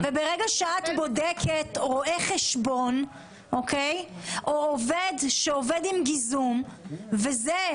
וברגע שאת בודקת רואה חשבון או עובד שעובד עם גיזום וזה,